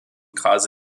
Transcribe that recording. cause